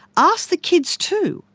ask the kids too.